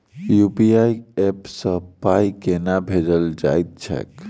UPI app सँ पाई केना भेजल जाइत छैक?